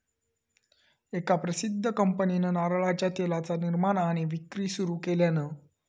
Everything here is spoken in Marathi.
एका प्रसिध्द कंपनीन नारळाच्या तेलाचा निर्माण आणि विक्री सुरू केल्यान